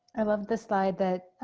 i love this slide that